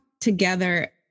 together